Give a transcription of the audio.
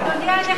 אדוני הנכבד.